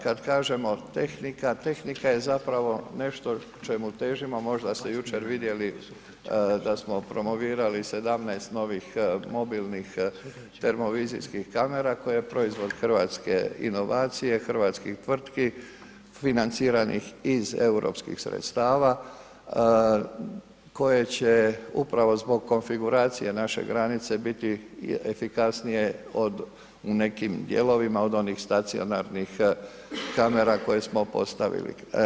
Kada kažemo tehnika, tehnika je zapravo nešto čemu težimo, možda ste jučer vidjeli da smo promovirali 17 novih mobilnih termovizijskih kamera koji je proizvod hrvatske inovacije, hrvatskih tvrtki financiranih iz europskih sredstava koje će upravo zbog konfiguracije naše granice biti efikasnije u nekim dijelovima od onih stacionarnih kamera koja smo postavili.